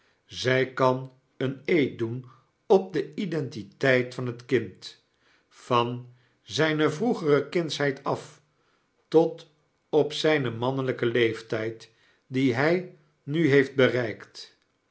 zg kan een eed doen op de identiteit van het kind van zjjne vroegere kindsheid af tot op znn mannelyken leeftijd dien hfl nu heeft berefkt